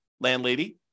landlady